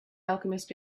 alchemist